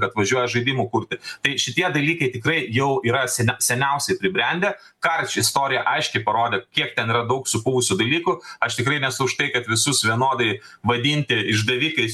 atvažiuoja žaidimų kurti tai šitie dalykai tikrai jau yra senia seniausiai pribrendę ką ir ši istorija aiškiai parodo kiek ten yra daug supuvusių dalykų aš tikrai nesu už tai kad visus vienodai vadinti išdavikais